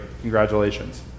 Congratulations